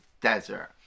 desert